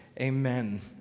Amen